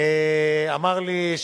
אמר לי,